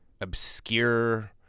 obscure